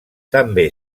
també